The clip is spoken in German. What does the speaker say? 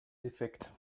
defekt